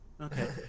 Okay